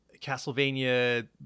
Castlevania